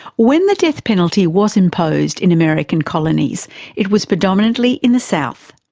when the death penalty was imposed in american colonies it was predominately in the south.